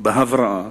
בהבראה